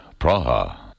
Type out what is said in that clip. Praha